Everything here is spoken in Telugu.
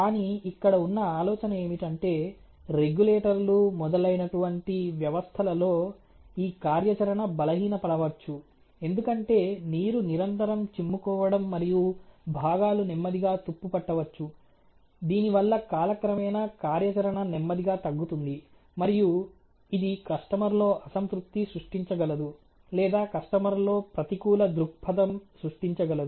కానీ ఇక్కడ ఉన్న ఆలోచన ఏమిటంటే రెగ్యులేటర్లు మొదలైనటు వంటి వ్యవస్థలలో ఈ కార్యాచరణ బలహీనపడవచ్చు ఎందుకంటే నీరు నిరంతరం చిమ్ముకోవడం మరియు భాగాలు నెమ్మదిగా తుప్పు పట్టవచ్చు దీనివల్ల కాలక్రమేణా కార్యాచరణ నెమ్మదిగా తగ్గుతుంది మరియు ఇది కస్టమర్లో అసంతృప్తి సృష్టించగలదు లేదా కస్టమర్లో ప్రతికూల దృక్పథం సృష్టించగలదు